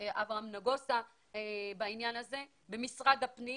בעניין זה אברהם נגוסה - במשרד הפנים